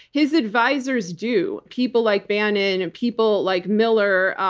his advisors do. people like bannon and people like miller,